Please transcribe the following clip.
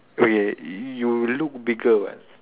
okay you look bigger what